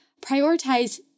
prioritize